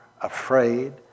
afraid